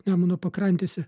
nemuno pakrantėse